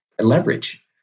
leverage